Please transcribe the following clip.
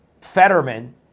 Fetterman